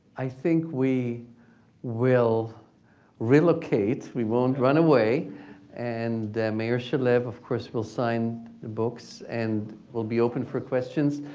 i think we will relocate we won't run away and meir shalev, of course will sign the books and will be open for questions.